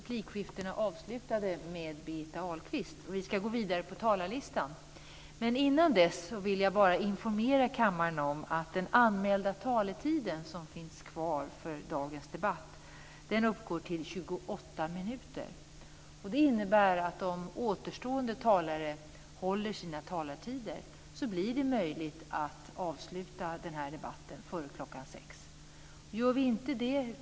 Jag vill bara informera kammaren om att den anmälda talartiden som finns kvar för dagens debatt uppgår till 28 minuter. Det innebär att om återstående talare håller sina talartider blir det möjligt att avsluta debatten före klockan 18.00.